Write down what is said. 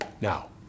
Now